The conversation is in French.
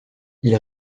ils